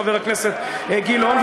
חבר הכנסת גילאון,